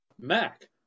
Mac